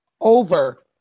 over